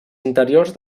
interiors